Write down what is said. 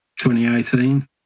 2018